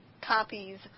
copies